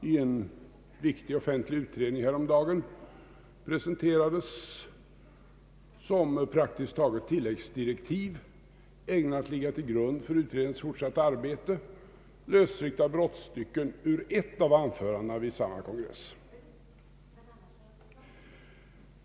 I en viktig offentlig utredning presenterades häromdagen som praktiskt taget tilläggsdirektiv ägnade att ligga till grund för utredningens fortsatta arbete lösryckta brottstycken ur ett av anförandena vid samma kongress.